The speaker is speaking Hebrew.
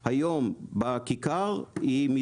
היום בכיכר היא,